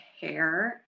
hair